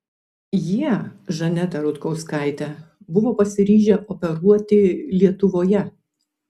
jie žanetą rutkauskaitę buvo pasiryžę operuoti lietuvoje